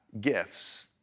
gifts